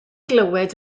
glywed